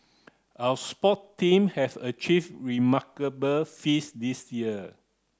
our sport team have achieved remarkable feats this year